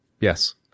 Yes